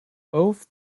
both